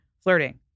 flirting